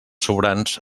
sobrants